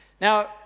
Now